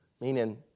meaning